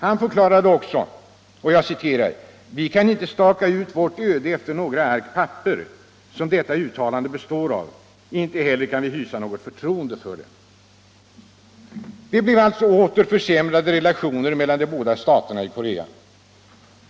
Han meddelade också: ”Vi kan inte staka ut vårt öde efter några ark papper, som detta uttalande består av, inte heller kan vi hysa något förtroende för det.” Det blev alltså åter försämrade relationer mellan de båda staterna i Korea.